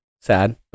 sad